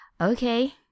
Okay